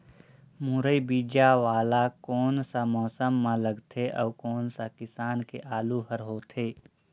मुरई बीजा वाला कोन सा मौसम म लगथे अउ कोन सा किसम के आलू हर होथे?